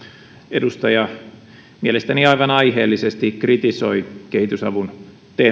edustaja mielestäni aivan aiheellisesti kritisoi kehitysavun